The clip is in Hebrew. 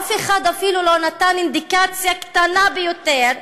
אף אחד אפילו לא נתן אינדיקציה קטנה ביותר,